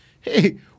hey